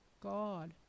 God